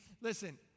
Listen